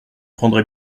prendrez